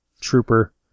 trooper